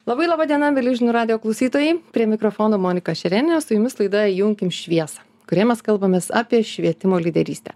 labai laba diena mieli žinių radijo klausytojai prie mikrofono monika šerėnienė o su jumis laida įjunkim šviesą kuriuoje mes kalbamės apie švietimo lyderystę